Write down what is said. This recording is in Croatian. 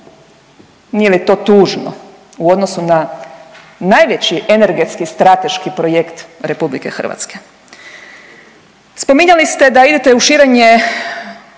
Nije li to tužno u odnosu na najveći energetski strateški projekt RH? Spominjali ste da idete u širenje